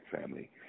family